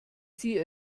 sie